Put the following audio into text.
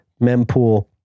mempool